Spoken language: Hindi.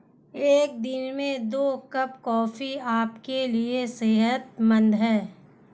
एक दिन में दो कप कॉफी आपके लिए सेहतमंद है